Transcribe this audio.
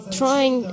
trying